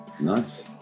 nice